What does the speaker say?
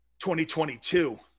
2022